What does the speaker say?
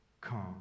come